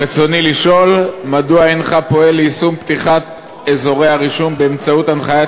רצוני לשאול: מדוע אינך פועל ליישום פתיחת אזורי הרישום באמצעות הנחיית